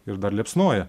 ir dar liepsnoja